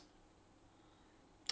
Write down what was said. society knows